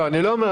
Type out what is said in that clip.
לא.